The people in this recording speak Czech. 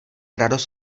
radost